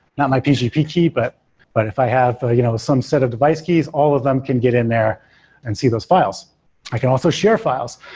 not my pgp key, but but if i have you know some set of device keys, all of them can get in there and see those files i can also share files.